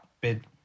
bid